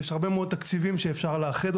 היום יש לנו שירות נוסף שהוא הכוכב הכי חזק,